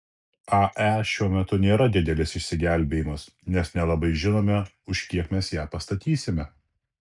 ae šiuo metu nėra didelis išsigelbėjimas nes nelabai žinome už kiek mes ją pastatysime